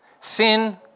Sin